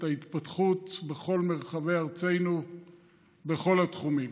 ההתפתחות בכל מרחבי ארצנו בכל התחומים,